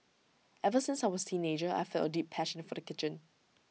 ever since I was teenager I felt A deep passion for the kitchen